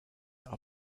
are